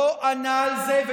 הוא לא ענה על זה.